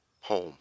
home